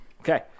okay